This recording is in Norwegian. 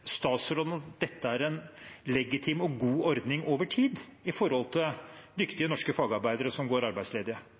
statsråden at dette er en legitim og god ordning over tid, med tanke på dyktige norske fagarbeidere som går